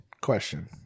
Question